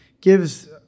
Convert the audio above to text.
gives